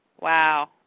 Wow